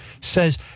says